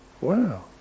Wow